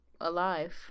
alive